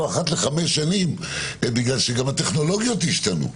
אחת ל-5 שנים בגלל שגם הטכנולוגיות השתנו.